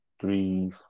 three